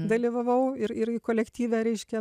dalyvavau ir ir kolektyve reiškia